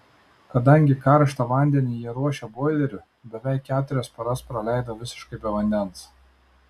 kadangi karštą vandenį jie ruošia boileriu beveik keturias paras praleido visiškai be vandens